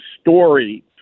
story